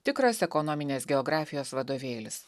tikras ekonominės geografijos vadovėlis